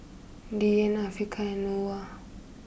Dian Afiqah and Noah